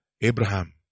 Abraham